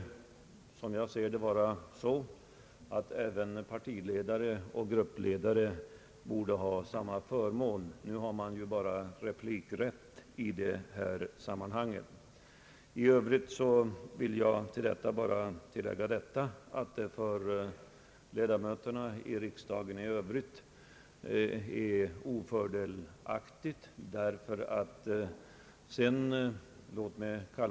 Enligt min mening borde även partiledare och gruppledare ha samma förmån. Nu har de ju bara vanlig replikrätt. I övrigt vill jag tillägga att den nuvarande ordningen är ofördelaktig för »vanliga» ledamöter.